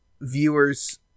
viewers